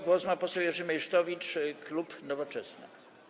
Głos ma poseł Jerzy Meysztowicz, klub Nowoczesna.